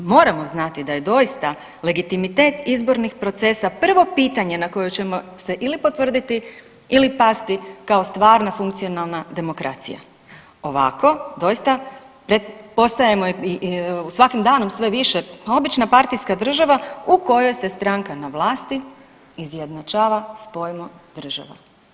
A moramo znati da je doista legitimitet izbornih procesa prvo pitanje na koje ćemo se ili potvrditi ili pasti kao stvarna funkcionalna demokracija, ovako doista ovako doista postajemo svakim danom sve više obična partijska država u kojoj se stranka na vlasti izjednačava s pojmom država.